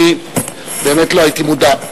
אני באמת לא הייתי מודע.